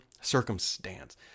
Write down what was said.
Circumstance